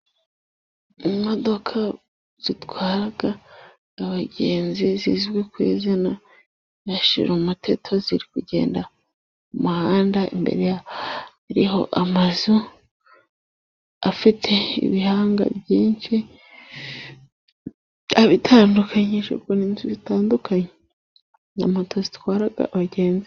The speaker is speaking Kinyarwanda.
Imodoka zitwara abagenzi zizwi ku izina rya shirumuteto, ziri kugenda mu muhanda, imbere yaho hariho amazu afite ibihanga byinshi bitandukanye, ku nzu zitandukanye na moto zitwara abagenzi.